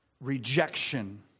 rejection